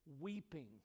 weeping